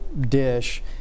dish